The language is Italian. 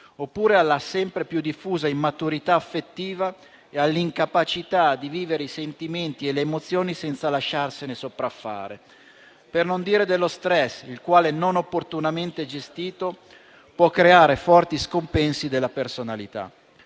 oppure alla sempre più diffusa immaturità affettiva e all'incapacità di vivere i sentimenti e le emozioni senza lasciarsene sopraffare. Per non dire dello stress, il quale, non opportunamente gestito, può creare forti scompensi della personalità.